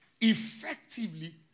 effectively